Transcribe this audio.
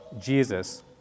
Jesus